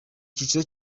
cyiciro